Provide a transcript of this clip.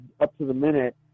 up-to-the-minute